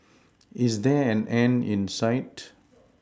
is there an end in sight